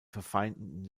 verfeindeten